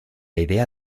idea